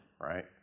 right